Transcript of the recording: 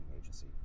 agency